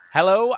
Hello